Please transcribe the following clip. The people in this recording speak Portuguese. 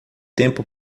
tempo